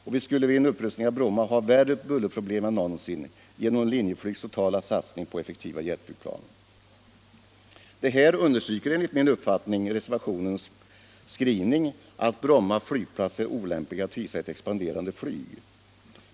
Och vi skulle vid en upprustning av Bromma ha värre bullerproblem än någonsin genom Linjeflygs totala satsning på effektiva jetflygplan. Det här understryker enligt min uppfattning reservationens skrivning att Bromma flygplats är olämplig att hysa ett expanderande flyg.